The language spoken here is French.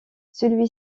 celui